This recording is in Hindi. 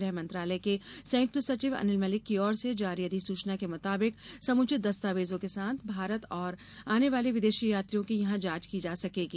गृह मंत्रालय के संयुक्त सचिव अनिल मलिक की ओर से जारी अधिसुचना के मुताबिक समुचित दस्तावेजों के साथ भारत आने वाले विदेशी यात्रियों की यहां जांच की जा सकेगी